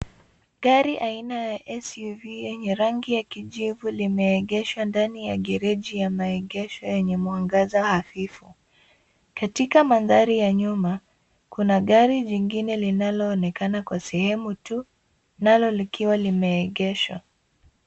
Gari aina ya SUV, lenye rangi ya kijivu, limeegeshwa ndani ya garage ya maegesho yenye mwangaza hafifu. Katika mandhari ya nyuma, kuna gari jingine linaloonekana kwa sehemu tu, nalo likiwa limeegeshwa.